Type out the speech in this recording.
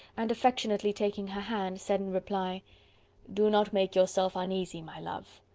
and affectionately taking her hand said in reply do not make yourself uneasy, my love.